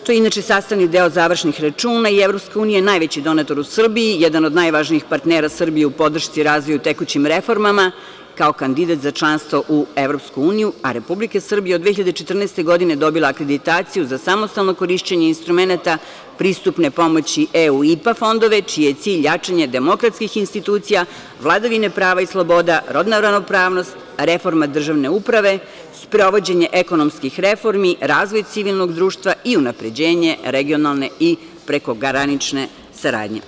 To je inače sastavni deo završnih računa i EU je najveći donator u Srbiji, jedan od najvažnijih partnera Srbije u podršci, razvoju i tekućim reformama kao kandidat za članstvo u EU, a Republika Srbija od 2014. godine dobila akreditaciju za samostalno korišćenje instrumenata pristupne pomoći EU IPA fondove, čiji je cilj jačanje demokratskih institucija, vladavine prava i sloboda, rodna ravnopravnost, reforma državne uprave, sprovođenje ekonomskih reformi, razvoj civilnog društva i unapređenje regionalne i prekogranične saradnje.